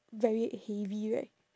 very heavy right